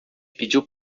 pediu